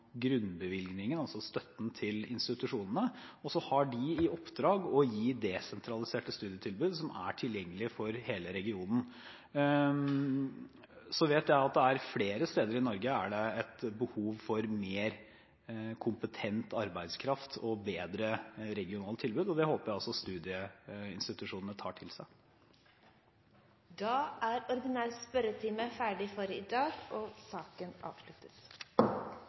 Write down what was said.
grunnbevilgningen, dvs. støtten til institusjonene. Så har de fått i oppdrag å gi desentraliserte studietilbud som er tilgjengelige for hele regionen. Jeg vet at det flere steder i Norge er behov for mer kompetent arbeidskraft og bedre regionale tilbud. Det håper jeg også studieinstitusjonene tar til seg. Sak nr. 2 er